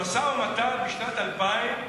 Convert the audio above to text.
במשא-ומתן בשנת 2000,